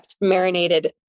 marinated